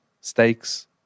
steaks